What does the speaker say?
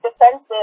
defensive